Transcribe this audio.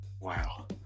Wow